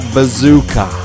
Bazooka